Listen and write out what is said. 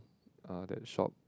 uh that shop